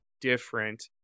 different